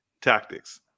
tactics